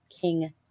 king